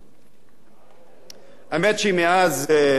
האמת שמאז כינונה של הממשלה הנוכחית,